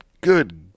good